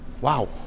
Wow